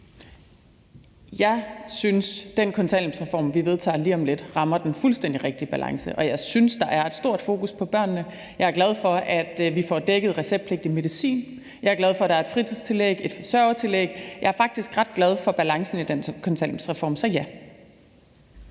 Jeg synes, at den kontanthjælpsreform, vi vedtager meget snart, rammer den fuldstændig rigtige balance, og jeg synes, der er et stort fokus på børnene. Jeg er glad for, at vi får dækket receptpligtig medicin, og jeg er glad for, at der er et fritidstillæg og et forsørgertillæg. Jeg er faktisk ret glad for balancen i den kontanthjælpsreform. Så mit